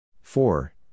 four